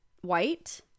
white